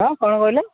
ହଁ କଣ କହିଲେ